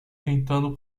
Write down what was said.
tentando